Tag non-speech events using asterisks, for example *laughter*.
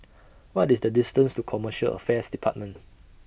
*noise* What IS The distance to Commercial Affairs department *noise*